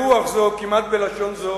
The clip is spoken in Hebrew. ברוח זו, כמעט בלשון זו,